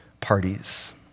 parties